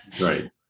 Right